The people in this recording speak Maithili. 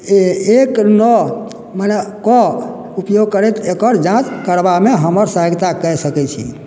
एक नओ मने कऽ उपयोग करैत एकर जाँच करबामे हमर सहायता कय सकैत छी